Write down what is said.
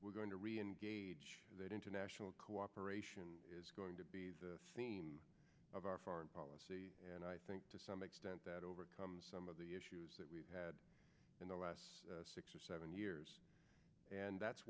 we're going to reengage that international cooperation is going to be the theme of our foreign policy and i think to some extent that overcomes some of the issues that we've had in the last six or seven years and that's